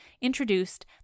introduced